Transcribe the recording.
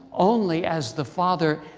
only as the father